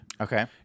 Okay